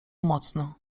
mocno